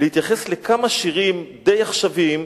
להתייחס לכמה שירים די עכשוויים,